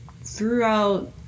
throughout